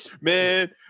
Man